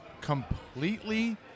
completely